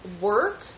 work